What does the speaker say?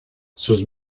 sus